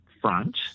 front